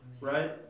Right